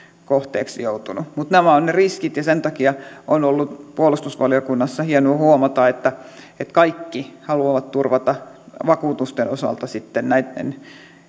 kohteeksi joutunut nämä ovat niitä riskejä ja sen takia on ollut puolustusvaliokunnassa hienoa huomata että kaikki haluavat turvata vakuutusten kautta sitten näitten